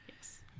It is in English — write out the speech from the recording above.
Yes